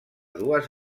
dues